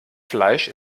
fleisch